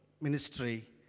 ministry